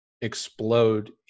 explode